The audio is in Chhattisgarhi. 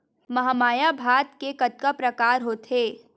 महमाया भात के कतका प्रकार होथे?